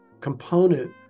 component